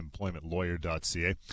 employmentlawyer.ca